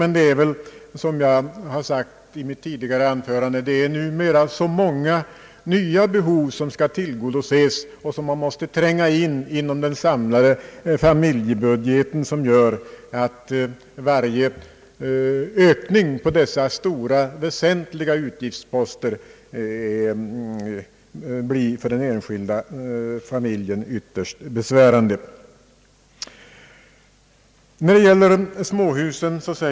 Men som jag sade i mitt tidigare anförande finns det så många nya behov som skall tillgodoses och som måste trängas in i den samlade familjebudgeten, att varje ökning av dessa stora och väsentliga utgiftsposter blir ytterst besvärande för den enskilda familjen.